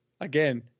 Again